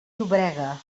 llobrega